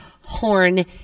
Horn